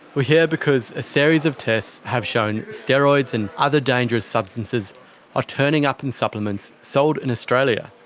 we're here because a series of tests have shown steroids and other dangerous substances are turning up in supplements sold in australia.